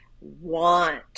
want